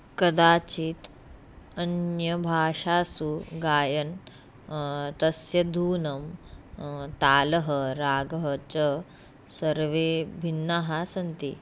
कदाचित् अन्यभाषासु गायन् तस्य धूनं तालः रागः च सर्वे भिन्नाः सन्ति